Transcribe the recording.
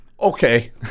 Okay